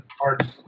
hard